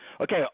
Okay